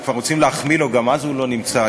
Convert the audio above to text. אם כבר רוצים להחמיא לו, גם אז הוא לא נמצא.